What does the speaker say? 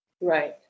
Right